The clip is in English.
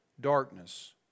darkness